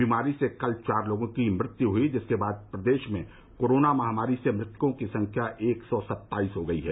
बीमारी से कल चार लोगों की मृत्यु हुई जिसके बाद प्रदेश में कोरोना महामारी से मृतकों की संख्या एक सौ सत्ताईस हो गई है